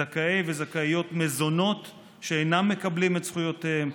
זכאי וזכאיות מזונות שאינם מקבלים את זכויותיהם,